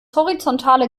horizontale